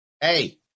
hey